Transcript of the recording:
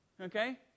okay